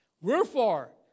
Wherefore